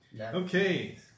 Okay